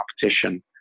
competition